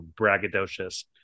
braggadocious